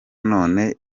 none